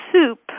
soup